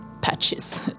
patches